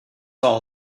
all